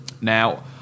Now